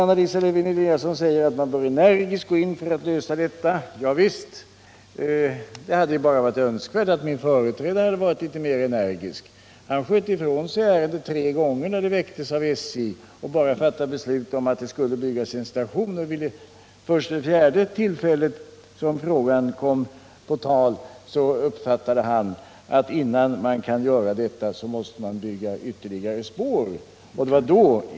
Anna Lisa Lewén-Eliasson säger att man energiskt bör gå in för att lösa denna fråga. Ja visst, det hade bara varit önskvärt att min företrädare varit litet mer energisk; han sköt ifrån sig ärendet tre gånger när det fördes fram av SJ och fattade bara beslut om att det skulle byggas en station. Först vid det fjärde tillfället som frågan kom på tal uppfattade han att innan en station kunde byggas måste ytterligare spår dras.